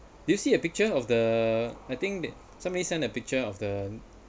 do you see a picture of the I think that somebody send a picture of the